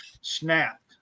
snapped